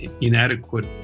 inadequate